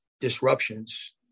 disruptions